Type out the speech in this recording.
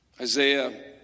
isaiah